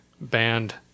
band